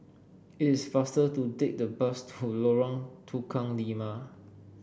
it is faster to take the bus to Lorong Tukang Lima